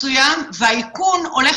שאתה אומר ואת זה דווקא אחד החולים שלח לי,